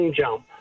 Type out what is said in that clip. jump